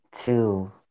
two